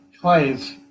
twice